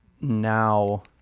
now